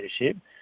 leadership